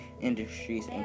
industries